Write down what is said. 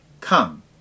Come